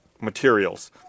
Materials